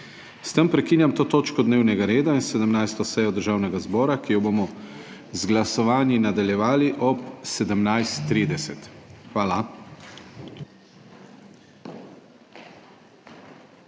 S tem prekinjam to točko dnevnega reda in 17. sejo Državnega zbora, ki jo bomo z glasovanji nadaljevali ob 17. 30. Hvala.